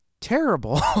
terrible